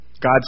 God